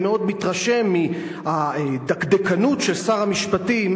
אני מאוד מתרשם מהדקדקנות של שר המשפטים.